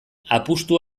apustu